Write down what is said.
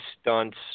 stunts